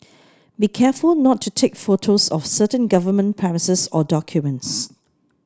be careful not to take photos of certain government premises or documents